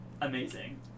amazing